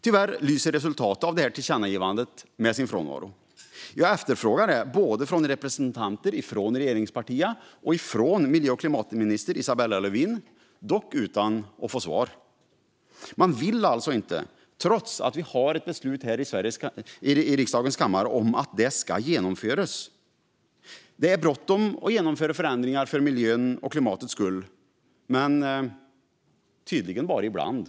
Tyvärr lyser resultatet av tillkännagivandet med sin frånvaro. Jag har efterfrågat det från både representanter för regeringspartierna och miljö och klimatminister Isabella Lövin, dock utan att få svar. Man vill alltså inte, trots att vi har ett beslut från riksdagens kammare om att det ska genomföras. Det är bråttom att genomföra förändringar för miljöns och klimatets skull, men tydligen bara ibland.